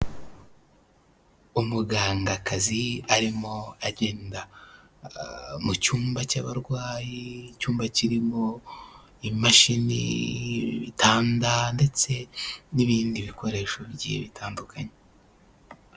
Umugangakazi arimo agenda mu cyumba cy'abarwayi, icyumba kirimo imashini, ibitanda ndetse n'ibindi bikoresho bigiye bitandukanye.